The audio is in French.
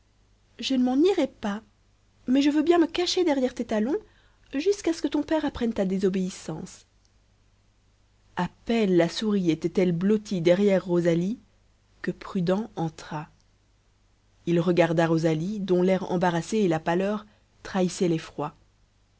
je ne m'en irai pas mais je veux bien me cacher derrière tes talons jusqu'à ce que ton père apprenne ta désobéissance a peine la souris était-elle blottie derrière rosalie que prudent entra il regarda rosalie dont l'air embarrassé et la pâleur trahissaient l'effroi